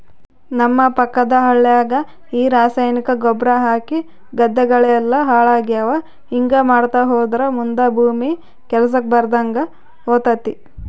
ನಮ್ಮ ಪಕ್ಕದ ಹಳ್ಯಾಗ ಈ ರಾಸಾಯನಿಕ ಗೊಬ್ರ ಹಾಕಿ ಗದ್ದೆಗಳೆಲ್ಲ ಹಾಳಾಗ್ಯಾವ ಹಿಂಗಾ ಮಾಡ್ತಾ ಹೋದ್ರ ಮುದಾ ಭೂಮಿ ಕೆಲ್ಸಕ್ ಬರದಂಗ ಹೋತತೆ